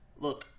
Look